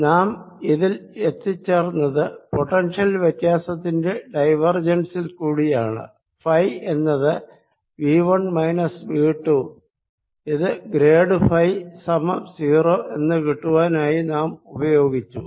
നാം ഇതിൽ എത്തിച്ചേർന്നത് പൊട്ടൻഷ്യൽ വ്യത്യാസത്തിന്റെ ഡൈവേർജൻസിൽ കൂടിയാണ് ഫൈ എന്നത് V 1 മൈനസ് V 2 ഇത് ഗ്രേഡ് ഫൈ സമം 0 എന്ന് കിട്ടുവാനായി നാം ഉപയോഗിച്ചു